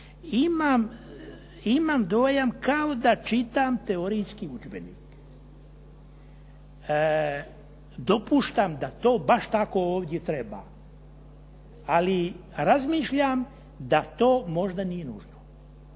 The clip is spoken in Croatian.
Imam dojam kao da čitam teorijski udžbenik. Dopuštam da to baš tako ovdje treba, ali razmišljam da to možda nije nužno.